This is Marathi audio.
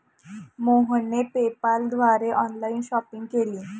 मोहनने पेपाल द्वारे ऑनलाइन शॉपिंग केली